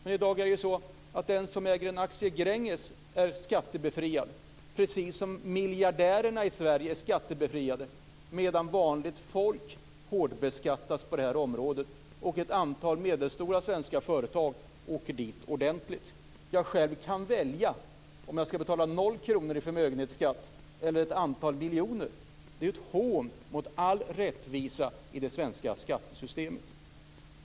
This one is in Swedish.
I dag är det så att den som äger en aktie i Gränges är skattebefriad precis som miljardärerna i Sverige är skattebefriade medan vanligt folk hårdbeskattas på detta område och ett antal medelstora svenska företag åker dit ordentligt. Jag själv kan välja om jag skall betala noll kronor i förmögenhetsskatt eller ett antal miljoner. Det är ett hån mot all rättvisa i det svenska skattesystemet.